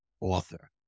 Author